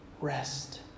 Rest